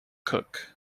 cook